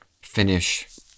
finish